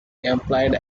employed